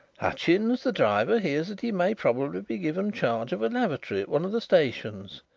hutchins, the driver, hears that he may probably be given charge of a lavatory at one of the stations.